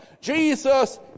Jesus